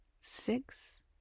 six